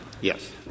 Yes